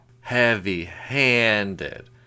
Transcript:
Heavy-handed